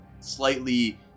Slightly